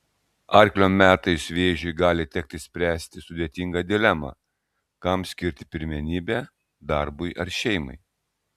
arklio metais vėžiui gali tekti spręsti sudėtingą dilemą kam skirti pirmenybę darbui ar šeimai